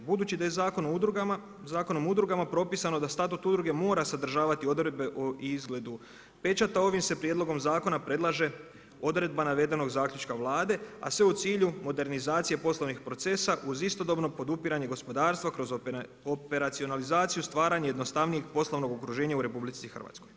Budući da je Zakonom o udrugama propisano da statut udruge mora sadržavati odredbe o izgledu pečata ovim se prijedlogom zakona predlaže odredba navedenog zaključka Vlade, a sve u cilju modernizacije poslovnih procesa uz istodobno podupiranje gospodarstva kroz operacionalizaciju stvaranje jednostavnijeg poslovnog okruženja u RH.